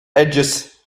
edges